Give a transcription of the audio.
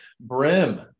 Brim